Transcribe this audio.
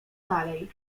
dalej